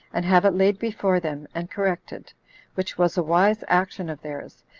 and have it laid before them, and corrected which was a wise action of theirs,